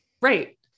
Right